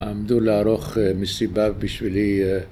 עמדו לערוך מסיבה בשבילי